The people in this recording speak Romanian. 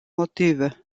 motive